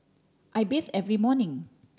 I bathe every morning